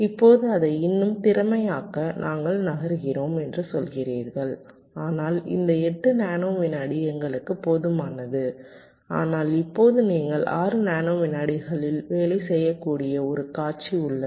இப்போது அதை இன்னும் திறமையாக்க நாங்கள் நகர்கிறோம் என்று சொல்கிறீர்கள் ஆனால் இந்த 8 நானோ வினாடி எங்களுக்கு போதுமானது ஆனால் இப்போது நீங்கள் 6 நானோ வினாடிகளில் வேலை செய்யக்கூடிய ஒரு காட்சி உள்ளது